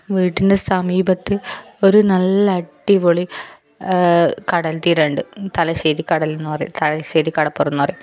വീടിൻ്റെ സമീപത്ത് ഒരു നല്ല അടിപൊളി കടൽ തീരമുണ്ട് തലശ്ശേരി കടൽ എന്നു പറയും തലശ്ശേരി കടൽപ്പുറം എന്നു പറയും